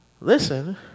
listen